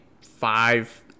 five